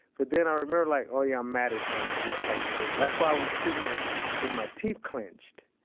but then i remembered, like, oh yeah, i'm mad at him. i'm not ah to him. that's why i was sitting there with my teeth clenched.